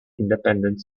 independent